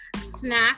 snack